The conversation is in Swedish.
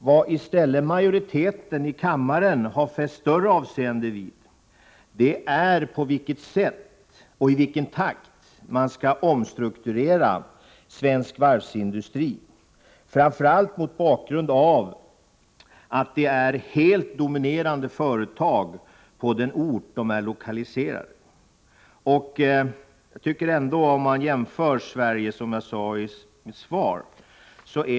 Vad i stället majoriteten i kammaren har fäst större avseende vid är på vilket sätt och i vilken takt man skall omstrukturera svensk varvsindustri, framför allt mot bakgrund av att företagen är helt dominerande på de orter där de är lokaliserade. Som jag sade i mitt svar är ändå Sverige det land som har minskat sin varvskapacitet mest.